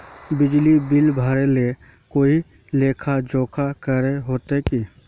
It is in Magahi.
बिजली बिल भरे ले कोई लेखा जोखा करे होते की?